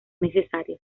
necesarias